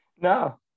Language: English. no